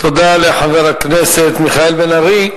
תודה לחבר הכנסת מיכאל בן-ארי.